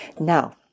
Now